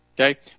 Okay